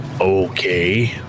Okay